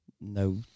No